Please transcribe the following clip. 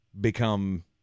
become